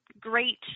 great